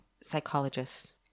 psychologists